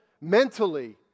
mentally